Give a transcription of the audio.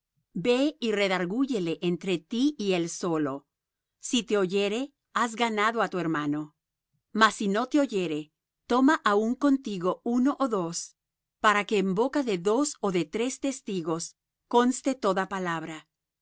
ve y redargúyele entre ti y él solo si te oyere has ganado á tu hermano mas si no te oyere toma aún contigo uno ó dos para que en boca de dos ó de tres testigos conste toda palabra